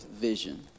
vision